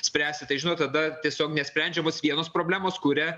spręsti tai žinot tada tiesiog nesprendžiamos vienos problemos kuria